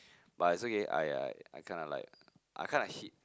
but it's okay I I I kinda like I kinda like hit